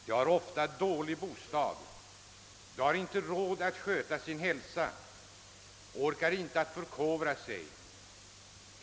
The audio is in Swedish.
De har ofta dålig bostad, de har inte råd att sköta sin hälsa, orkar inte att roa eller förkovra sig.